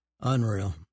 unreal